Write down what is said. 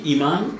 Iman